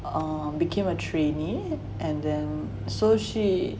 err became a trainee and then so she